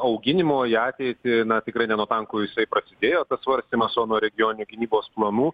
auginimo į ateitį na tikrai ne nuo tankų jisai prasidėjo tas svarstymas o nuo regioninių gynybos planų